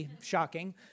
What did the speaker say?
Shocking